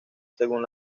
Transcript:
según